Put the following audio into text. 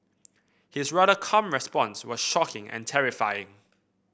his rather calm response was shocking and terrifying